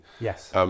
Yes